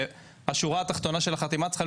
מה שאנחנו